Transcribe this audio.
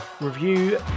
review